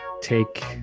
take